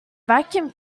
vacuum